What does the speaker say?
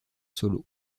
solo